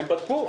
הם בדקו.